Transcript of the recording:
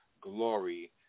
glory